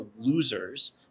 losers